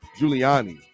Giuliani